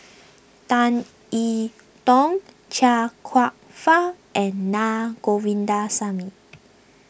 Tan E Tong Chia Kwek Fah and Na Govindasamy